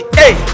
hey